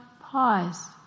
Pause